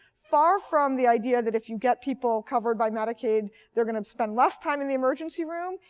far from the idea that if you get people covered by medicaid they're going to spend less time in the emergency room,